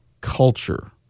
culture